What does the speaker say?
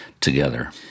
together